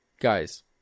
Guys